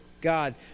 God